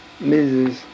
Mrs